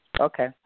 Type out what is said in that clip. Okay